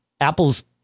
apple's